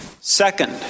Second